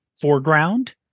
foreground